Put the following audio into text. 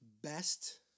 best